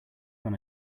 when